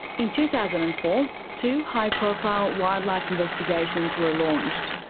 in two thousand and four, two high-profile wildlife investigations were launched.